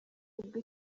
ubwo